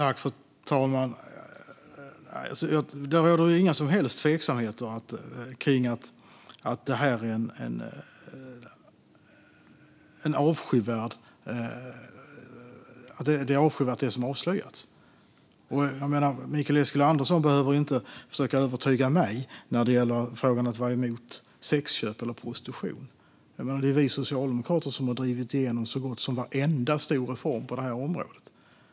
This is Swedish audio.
Fru talman! Det råder inga som helst tveksamheter om att det som har avslöjats är avskyvärt. Mikael Eskilandersson behöver inte försöka övertyga mig när det gäller frågan om att vara emot sexköp eller prostitution. Det är vi socialdemokrater som har drivit igenom så gott som varenda stor reform på området.